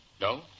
No